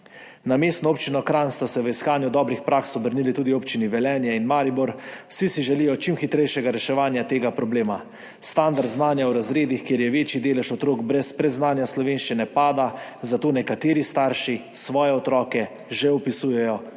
Na Mestno občino Kranj sta se v iskanju dobrih praks obrnili tudi občini Velenje in Maribor. Vsi si želijo čim hitrejšega reševanja tega problema. Standard znanja v razredih, kjer je večji delež otrok brez predznanja slovenščine, pada, zato nekateri starši svoje otroke že vpisujejo v šole